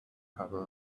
cover